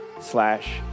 slash